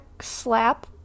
Slap